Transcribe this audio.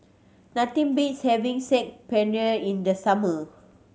nothing beats having Saag Paneer in the summer